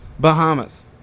Bahamas